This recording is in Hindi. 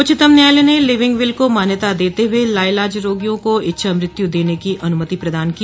उच्चतम न्यायालय ने लिविंग विल को मान्यता देते हुए लाइलाज रोगियों को इच्छा मृत्यु देने की अनुमति प्रदान की